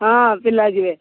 ହଁ ପିଲା ଯିବେ